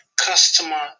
customer